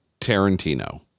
tarantino